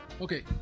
Okay